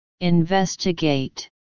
investigate